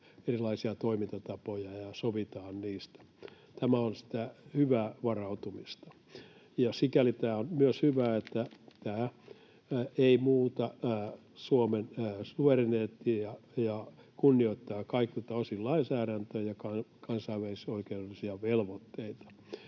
erilaisia toimintatapoja ja sovitaan niistä. Tämä on sitä hyvää varautumista. Ja sikäli tämä on myös hyvä, että tämä ei muuta Suomen suvereniteettia ja kunnioittaa kaikilta osin lainsäädäntöä ja kansainvälisoikeudellisia velvoitteita.